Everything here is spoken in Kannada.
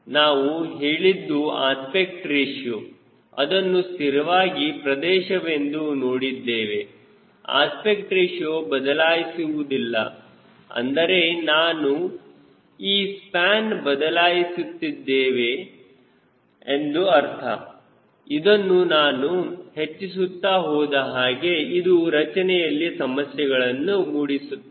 ನಾವು ಹೇಳಿದ್ದು ಅಸ್ಪೆಕ್ಟ್ ರೇಶಿಯೋ ಅದನ್ನು ಸ್ಥಿರವಾದ ಪ್ರದೇಶವೆಂದು ನೋಡಿದ್ದೇವೆ ಅಸ್ಪೆಕ್ಟ್ ರೇಶಿಯೋ ಬದಲಾಯಿಸುವುದಿಲ್ಲ ಅಂದರೆ ನಾನು ಈ ಸ್ಪ್ಯಾನ್ ಬದಲಾಯಿಸುತ್ತಿದ್ದೇವೆ ಎಂದು ಅರ್ಥ ಇದನ್ನು ನಾನು ಹೆಚ್ಚಿಸುತ್ತಾ ಹೋದಹಾಗೆ ಇದು ರಚನೆಯಲ್ಲಿ ಸಮಸ್ಯೆಗಳನ್ನು ಮೂಡಿಸುತ್ತದೆ